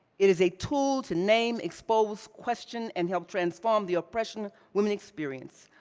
it is a tool to name, expose, question and help transform the oppression women experience,